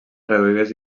reduïdes